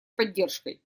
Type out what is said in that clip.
поддержкой